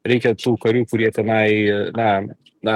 reikia tų karių kurie tenai na na